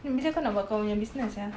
then bila kau nak buat kau nya business sia